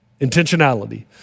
Intentionality